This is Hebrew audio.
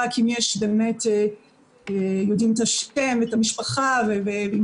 רק אם יודעים את השם ואת המשפחה ואם